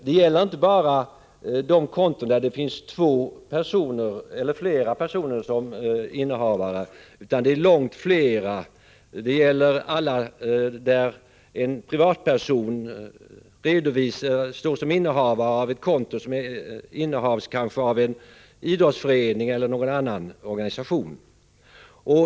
Det gäller inte bara konton där någon eller några personer är innehavare, utan innehavarna kan vara långt flera. Det är t.ex. fråga om konton där en privatperson står som innehavare men som används för en idrottsförenings eller någon annan organisations räkning.